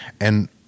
And-